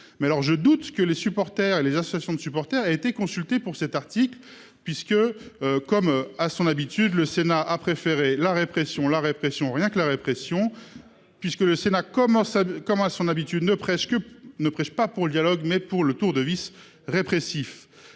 supporters et les associations de supporters a été consulté pour cet article, puisque. Comme à son habitude, le Sénat a préféré la répression la répression rien que la répression, puisque le Sénat comment comme à son habitude ne presque ne prêche pas pour le dialogue, mais pour le Tour de vices répressif